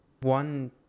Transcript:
One